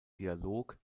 dialog